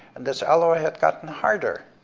and this alloy had gotten harder